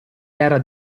era